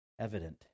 evident